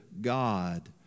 God